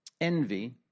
Envy